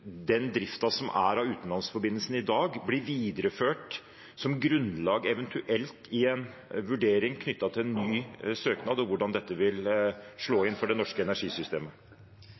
den driften som er av utenlandsforbindelsen i dag, bli videreført som grunnlag, i en eventuell vurdering knyttet til en ny søknad og hvordan dette vil slå inn for det norske energisystemet?